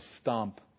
stomp